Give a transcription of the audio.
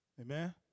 Amen